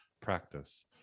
practice